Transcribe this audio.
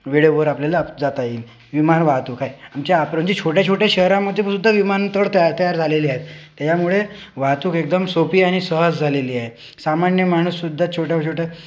वेळेवर आपल्याला जाता येईल विमान वाहतूक आहे आमच्या आकरंदी छोट्याछोट्या शहरामधेसुद्धा विमानतळ तयार तयार झालेले आहेत त्यामुळे वाहतूक एकदम सोपी आणि सहज झालेली आहे सामान्य माणूससुद्धा छोट्याछोट्या